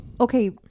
okay